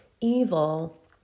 evil